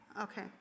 Okay